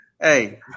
Hey